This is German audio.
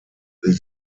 will